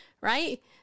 right